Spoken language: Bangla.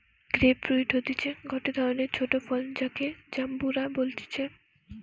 গ্রেপ ফ্রুইট হতিছে গটে ধরণের ছোট ফল যাকে জাম্বুরা বলতিছে